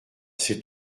c’est